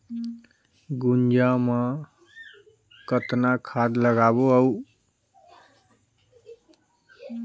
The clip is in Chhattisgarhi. गुनजा मा कतना खाद लगाबो अउ आऊ ओकर पोषण कइसे करबो?